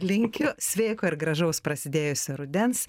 linkiu sveiko ir gražaus prasidėjusio rudens